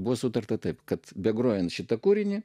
buvo sutarta taip kad be grojant šitą kūrinį